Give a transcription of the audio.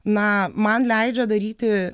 na man leidžia daryti